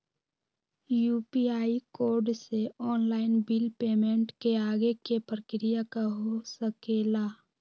UPI code से online bill payment के आगे के प्रक्रिया का हो सके ला?